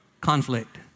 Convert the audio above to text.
conflict